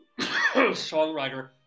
songwriter